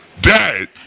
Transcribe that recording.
dad